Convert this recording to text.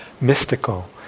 mystical